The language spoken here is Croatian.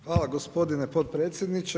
Hvala gospodine potpredsjedniče.